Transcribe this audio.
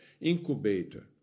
Incubator